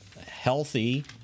healthy